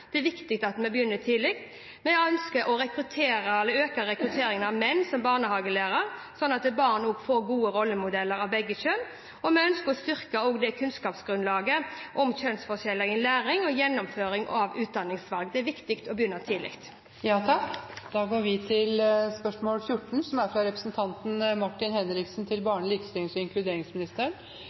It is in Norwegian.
Det er viktig at vi begynner tidlig. Vi ønsker å øke rekrutteringen av menn som barnehagelærere, slik at barn får gode rollemodeller av begge kjønn, og vi ønsker også å styrke kunnskapsgrunnlaget om kjønnsforskjeller innen læring og gjennomføring av utdanningsvalg. Det er viktig å begynne tidlig. Dette spørsmålet, fra Martin Henriksen til barne-, likestillings- og inkluderingsministeren, vil bli tatt opp av representanten Anniken Huitfeldt. «I 2014 kuttet regjeringen fedrekvoten fra 14 til 10 uker. Fremskrittspartiet og